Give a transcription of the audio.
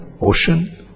ocean